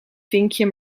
vinkje